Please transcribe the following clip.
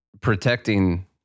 protecting